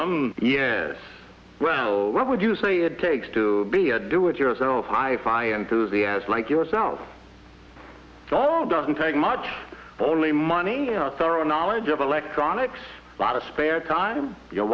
you yes well what would you say it takes to be a do it yourself hi fi enthusiasm like yourself god doesn't take much only money our thorough knowledge of electronics a lot of spare time your